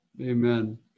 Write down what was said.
Amen